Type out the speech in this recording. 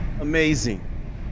Amazing